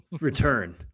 return